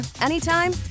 anytime